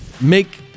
make